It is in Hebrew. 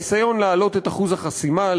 הניסיון להעלות את אחוז החסימה,